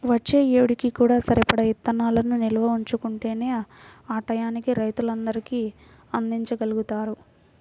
వచ్చే ఏడుకి కూడా సరిపడా ఇత్తనాలను నిల్వ ఉంచుకుంటేనే ఆ టైయ్యానికి రైతులందరికీ అందిచ్చగలుగుతారు